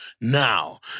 now